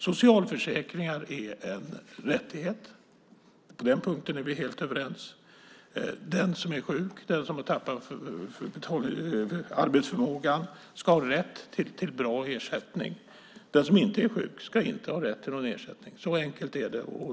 Socialförsäkringar är en rättighet. På den punkten är vi helt överens. Den som är sjuk, den som har tappat arbetsförmågan, ska ha rätt till bra ersättning. Den som inte är sjuk ska inte ha rätt till någon ersättning. Så enkelt är det.